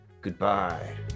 goodbye